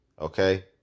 Okay